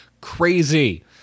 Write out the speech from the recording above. crazy